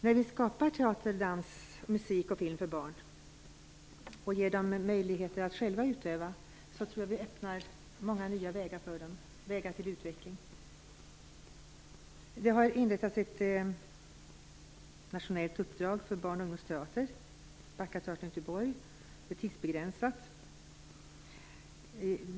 När vi skapar teater, dans, musik och film för barn och ger dem möjligheter att själva utöva dessa verksamheter, tror jag att vi öppnar många nya vägar till utveckling för dem. Det har givits ett tidsbegränsat nationellt uppdrag för barn och ungdomsteater till Backa teater i Göteborg.